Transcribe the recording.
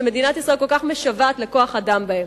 שמדינת ישראל כל כך משוועת לכוח-אדם בהם.